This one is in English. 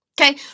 Okay